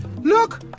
Look